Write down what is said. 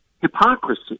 Hypocrisy